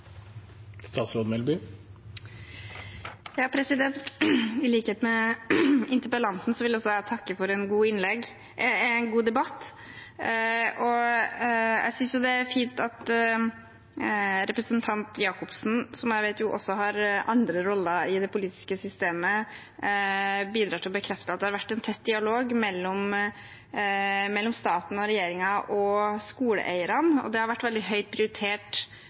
I likhet med interpellanten vil også jeg takke for en god debatt. Jeg synes det er fint at representanten Jacobsen, som jeg jo vet også har andre roller i det politiske systemet, bidrar til å bekrefte at det har vært en tett dialog mellom staten og regjeringen og skoleeierne. Det har vært veldig høyt prioritert